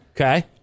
Okay